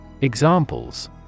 Examples